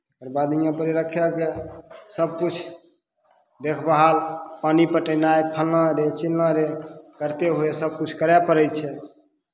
ओकर बाद हिआँपर रखैके सबकिछु देखभाल पानि पटेनाइ फल्लाँ रे चिल्लाँ रे करिते हुए सबकिछु करै पड़ै छै